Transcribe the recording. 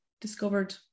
discovered